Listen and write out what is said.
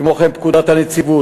כמו כן, פקודת הנציבות